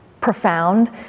profound